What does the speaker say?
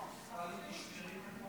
טלי, תשמרי את הקול